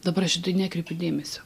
dabar aš nekreipiu dėmesio